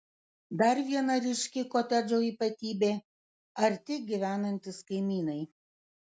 dar viena ryški kotedžo ypatybė arti gyvenantys kaimynai